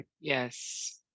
Yes